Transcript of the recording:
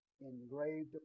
engraved